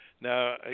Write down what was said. Now